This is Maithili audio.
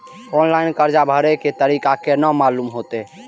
ऑनलाइन कर्जा भरे के तारीख केना मालूम होते?